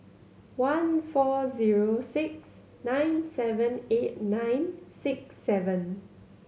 one four zero six nine seven eight nine six seven